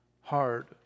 Hard